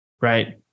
right